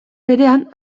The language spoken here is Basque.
berean